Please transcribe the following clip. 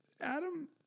Adam